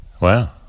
Wow